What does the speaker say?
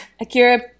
Akira